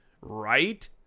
Right